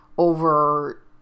over